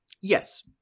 yes